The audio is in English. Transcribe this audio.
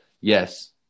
yes